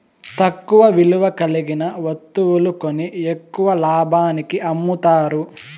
తక్కువ విలువ కలిగిన వత్తువులు కొని ఎక్కువ లాభానికి అమ్ముతారు